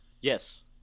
Yes